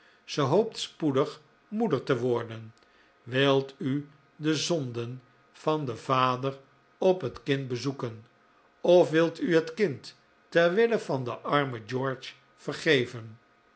ze hoopt spoedig moeder te worden wilt u de zonden van den vader op het kind bezoeken of wilt u het kind ter wille van den armen george vergeven